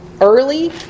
early